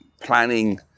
planning